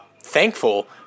thankful